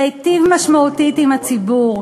להיטיב משמעותית עם הציבור.